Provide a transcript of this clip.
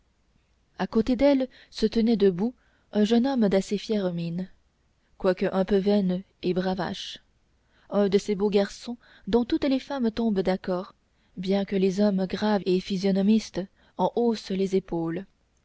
à côté d'elle se tenait debout un jeune homme d'assez fière mine quoique un peu vaine et bravache un de ces beaux garçons dont toutes les femmes tombent d'accord bien que les hommes graves et physionomistes en haussent les épaules